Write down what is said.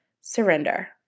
surrender